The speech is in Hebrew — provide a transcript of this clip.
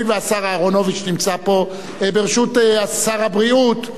הואיל והשר אהרונוביץ, ברשות שר הבריאות,